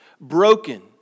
broken